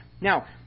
now